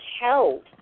held